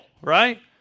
right